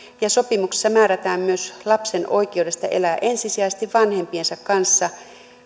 sopimuksessa määrätään myös lapsen oikeudesta elää ensisijaisesti vanhempiensa kanssa